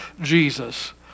Jesus